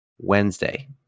Wednesday